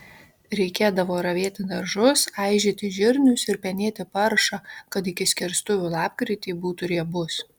reikėdavo ravėti daržus aižyti žirnius ir penėti paršą kad iki skerstuvių lapkritį būtų riebus